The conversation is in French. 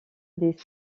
des